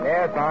Yes